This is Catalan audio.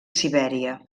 sibèria